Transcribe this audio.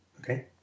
Okay